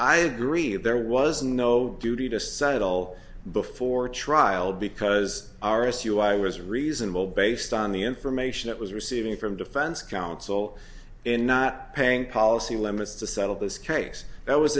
i agree there was no duty to settle before trial because r s u i was reasonable based on the information it was receiving from defense counsel and not paying policy limits to settle this case that was